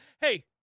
Hey